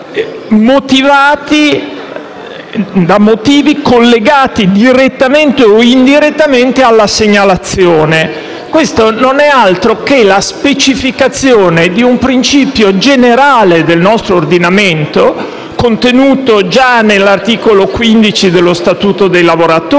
o discriminatori motivati direttamente o indirettamente dalla segnalazione. Questa non è altro che la specificazione di un principio generale del nostro ordinamento, contenuto già nell'articolo 15 dello statuto dei lavoratori,